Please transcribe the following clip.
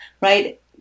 Right